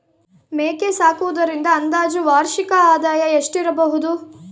ಮೇಕೆ ಸಾಕುವುದರಿಂದ ಅಂದಾಜು ವಾರ್ಷಿಕ ಆದಾಯ ಎಷ್ಟಿರಬಹುದು?